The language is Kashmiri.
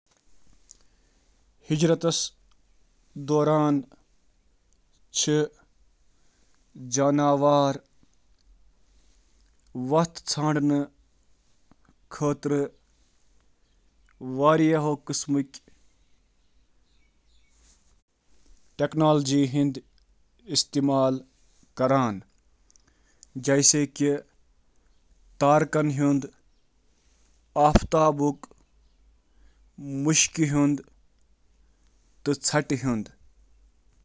جاناوار چھِ ہجرتس دوران نیویگیٹ کرنہٕ خٲطرٕ مُختٔلِف تکنیٖکہٕ استعمال کران، یِمَن منٛز شٲمِل چھِ: